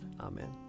Amen